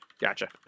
Gotcha